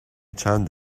چند